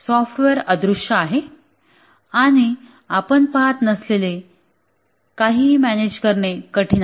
software अदृश्य आहे आणि आपण पहात नसलेले काहीही मॅनेज करणे कठिण आहे